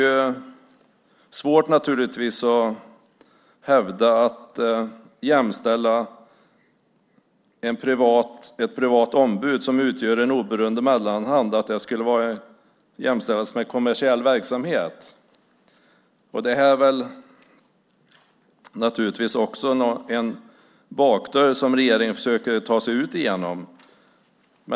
Det är naturligtvis svårt att jämställa ett privat ombud, som utgör en oberoende mellanhand, med kommersiell verksamhet. Det är en bakdörr som regeringen försöker ta sig ut genom.